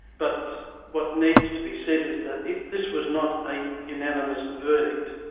but what needs to be said is that this was not a unanimous verdict.